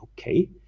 Okay